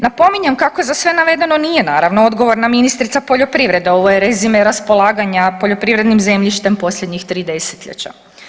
Napominjem kako za sve navedeno naravno nije odgovorna ministrica poljoprivrede ovo je rezime raspolaganja poljoprivrednim zemljištem posljednjih 3 desetljeća.